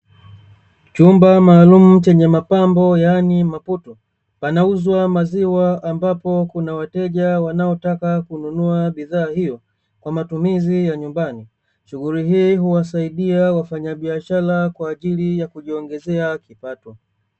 Chumba maalumu chenye mapambo, yaani maputo, panauzwa maziwa, ambapo kuna wateja wanaotaka kununua bidhaa hiyo kwa matumizi ya nyumbani. Shughuli hii huwasaidia wafanyabiashara kwa ajili ya kujiongezea kipato.